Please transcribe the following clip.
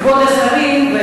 כבוד השרים,